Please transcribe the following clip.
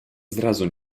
zrazu